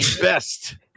best